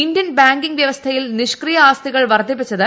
Indian banking വ്യവസ്ഥയിൽ നിഷ്ക്രിയ ആസ്തികൾ വർദ്ധിപ്പിച്ചത്